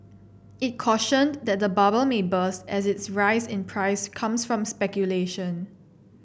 it cautioned that the bubble may burst as its rise in price comes from speculation